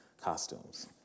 costumes